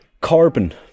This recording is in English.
Carbon